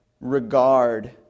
regard